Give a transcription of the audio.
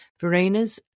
Verena's